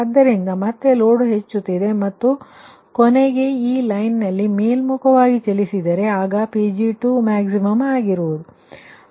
ಆದ್ದರಿಂದ ಮತ್ತೆ ಲೋಡ್ ಹೆಚ್ಚುತ್ತಿದೆ ಮತ್ತೆ ಕೊನೆಗೆ ಈ ಲೈನ್ನಲ್ಲಿ ಮೇಲ್ಮುಖವಾಗಿ ಚಲಿಸಿದರೆ ಆಗ Pg2max ಆಗಿರುತ್ತದೆ